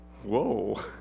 whoa